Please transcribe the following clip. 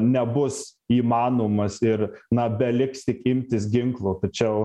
nebus įmanomas ir na beliks tik imtis ginklo tačiau